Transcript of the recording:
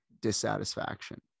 dissatisfaction